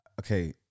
Okay